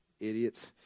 Idiots